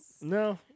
No